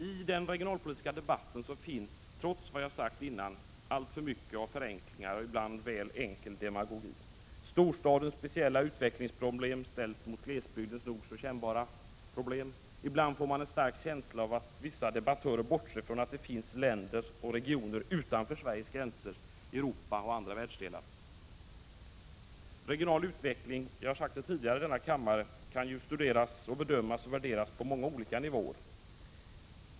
I den regionalpolitiska debatten finns, trots vad jag sagt innan, alltför mycket av förenklingar och ibland väl enkel demagogi. Storstadens speciella utvecklingsproblem ställs mot glesbygdens nog så kännbara svårigheter. Ibland får man en stark känsla av att vissa debattörer bortser ifrån att det finns länder och regioner utanför Sveriges gränser, i Europa och andra världsdelar. Regional utveckling — jag har sagt det tidigare i denna kammare — kan studeras, bedömas och värderas på många olika nivåer.